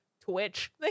twitch